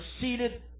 seated